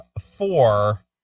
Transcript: four